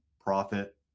profit